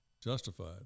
justified